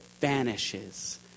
vanishes